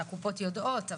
שהקופות יודעות,